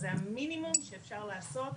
זה המינימום שאפשר לעשות